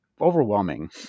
overwhelming